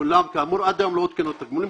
אולם כאמור עד היום לא עודכנו התגמולים,